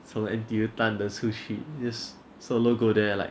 从 N_T_U 单得出去 then solo go there like